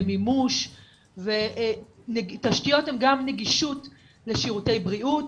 למימוש ותשתיות הם גם נגישות לשירותי בריאות,